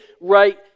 right